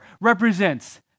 represents